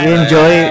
enjoy